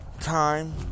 time